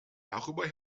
darüber